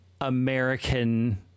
American